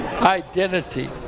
Identity